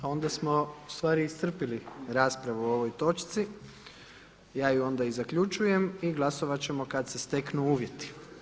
Onda smo ustvari iscrpili raspravu o ovoj točci, ja ju onda i zaključujem i glasovat ćemo kada se steknu uvjeti.